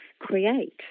create